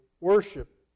worship